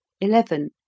eleven